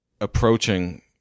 approaching